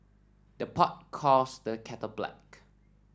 the pot calls the kettle black